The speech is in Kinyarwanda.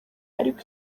ariko